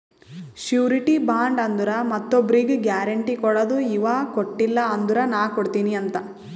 surety bond ಅಂದುರ್ ಮತ್ತೊಬ್ರಿಗ್ guarantee ಕೊಡದು ಇವಾ ಕೊಟ್ಟಿಲ ಅಂದುರ್ ನಾ ಕೊಡ್ತೀನಿ ಅಂತ್